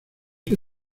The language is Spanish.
que